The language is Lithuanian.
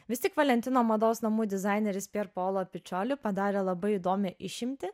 vis tik valentino mados namų dizaineris pierpaolo pičoli padarė labai įdomią išimtį